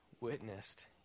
witnessed